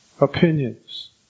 opinions